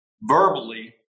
verbally